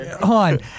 on